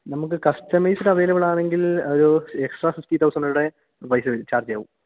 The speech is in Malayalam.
നമുക്ക് കസ്റ്റമൈസ്ഡ് അവൈലബിളാണെങ്കിൽ ഒരു എക്സ്ട്രാ ഫിഫ്റ്റീ തൗസൻഡ് കൂടെ പൈസ വരും ചാർജ്ജാകും